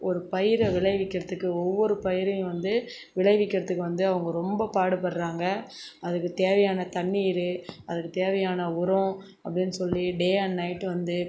ஒரு பயிரை விளைவிக்கிறதுக்கு ஒவ்வொரு பயிரையும் வந்து விளைவிக்கிறதுக்கு வந்து அவங்க ரொம்ப பாடுபடுறாங்க அதுக்குத் தேவையான தண்ணீர் அதுக்குத் தேவையான உரம் அப்படின்னு சொல்லி டே அண்ட் நைட் வந்து